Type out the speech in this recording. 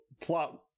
plot